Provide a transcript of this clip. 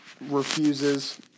refuses